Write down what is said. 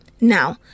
Now